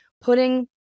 putting